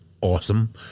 Awesome